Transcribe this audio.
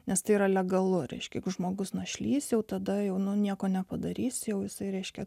nes tai yra legalu reiškia žmogus našlys jau tada jaunų nieko nepadarys jau visai reiškia